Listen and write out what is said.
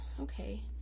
okay